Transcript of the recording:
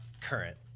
current